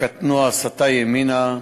הקטנוע סטה ימינה,